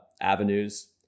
avenues